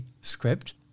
script